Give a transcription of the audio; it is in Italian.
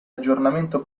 aggiornamento